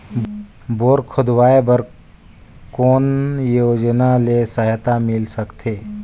Bore खोदवाय बर कौन योजना ले सहायता मिल सकथे?